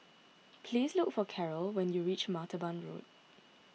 please look for Caryl when you reach Martaban Road